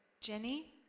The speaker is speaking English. Jenny